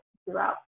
throughout